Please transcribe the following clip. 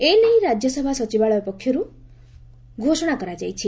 ଏ ନେଇ ରାଜ୍ୟସଭା ସଚିବାଳୟ ପକ୍ଷର୍ଠ ଘୋଷଣା କରାଯାଇଛି